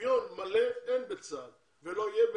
שוויון מלא אין בצה"ל ולא יהיה.